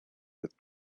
with